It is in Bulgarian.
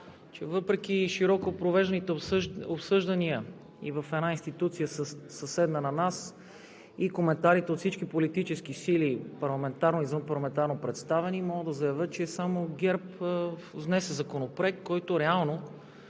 че въпреки широко провежданите обсъждания и в една институция, съседна на нас, и коментарите от всички политически сили – парламентарно и извънпарламентарно представени, мога да заявя, че само ГЕРБ внесе законопроект, който реално